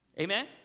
Amen